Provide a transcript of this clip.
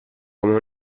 come